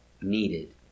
needed